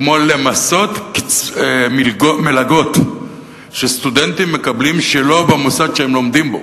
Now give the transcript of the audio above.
כמו למסות מלגות שסטודנטים מקבלים שלא במוסד שהם לומדים בו.